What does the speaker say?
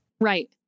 Right